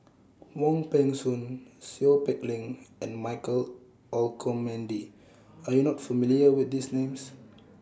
Wong Peng Soon Seow Peck Leng and Michael Olcomendy Are YOU not familiar with These Names